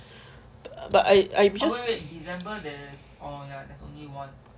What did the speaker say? but I I just